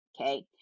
Okay